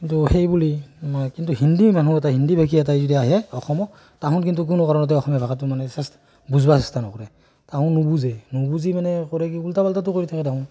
কিন্তু সেইবুলি কিন্তু হিন্দী মানুহ এটাই হিন্দী ভাষী এটাই যেতিয়া ইয়াত আহে অসমত তাহোন কিন্তু কোনো কাৰণতে অসমীয়া ভাষাটো মানে চেষ্ বুজিব চেষ্টা নকৰে তাহোন নুবুজে নুবুজি মানে কৰে কি ওল্টা পাল্টাটো কৰি থাকে দেখোন